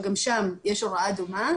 וגם שם יש הוראה דומה,